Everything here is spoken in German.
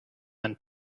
man